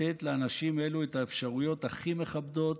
לתת לאנשים אלו את האפשרויות הכי מכבדות,